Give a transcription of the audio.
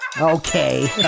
Okay